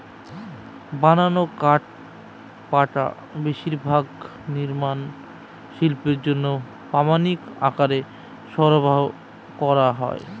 বানানো কাঠপাটা বেশিরভাগ নির্মাণ শিল্পের জন্য প্রামানিক আকারে সরবরাহ করা হয়